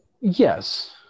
Yes